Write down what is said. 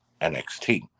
NXT